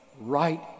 right